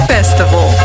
Festival